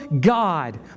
God